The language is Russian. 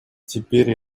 теперь